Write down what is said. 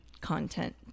content